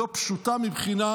לא פשוטה מבחינת